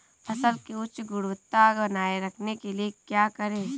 फसल की उच्च गुणवत्ता बनाए रखने के लिए क्या करें?